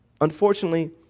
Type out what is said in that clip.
unfortunately